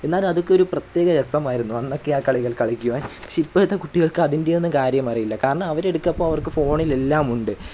എന്നാലതൊക്കെ ഒരു പ്രത്യേക രസമായിരുന്നു അന്നൊക്കെ ആ കളികൾ കളിക്കുവാൻ ശെ ഇപ്പോഴത്തെ കുട്ടികൾക്കതിൻ്റെ ഒന്നും കാര്യമറിയില്ല കാരണം അവരുടെയൊക്കെയപ്പോൾ അവർക്ക് ഫോണിലെല്ലാമുണ്ട്